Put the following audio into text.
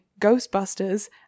Ghostbusters